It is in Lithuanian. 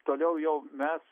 toliau jau mes